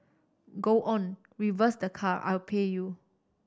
go on reverse the car I'll pay you